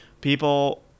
People